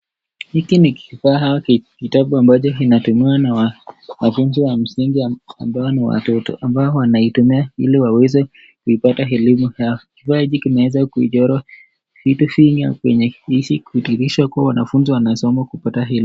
Hiki ni kifaa kitabu ambacho kinatumia na watoto wa msingi ambao ni watoto ambao wanaitumia ili wapate elimu yao. Vimeweza kuichora vitu vingi ili kudhihirisha kuwa wanafunzi wanasoma ili kupata elimu.